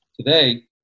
today